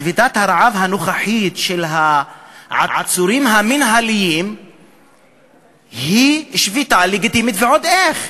שביתת הרעב הנוכחית של העצורים המינהליים היא שביתה לגיטימית ועוד איך,